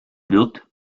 wird